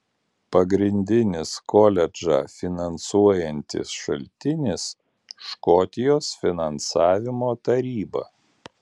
pagrindinis koledžą finansuojantis šaltinis škotijos finansavimo taryba